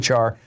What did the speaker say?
HR